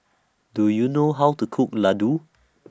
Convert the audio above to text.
Do YOU know How to Cook Laddu